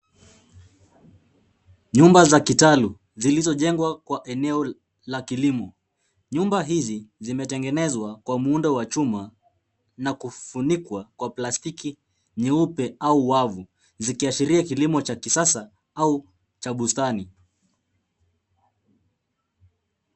Nyumba za kitalu zilizojengwa kwa eneo la kilimo. Nyumba hizi zimetengenezwa kwa muundo wa chuma na kufunikwa kwa plastiki nyeupe au wavu, zikiashiria kilimo cha kisasa au cha bustani.